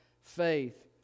faith